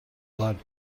blood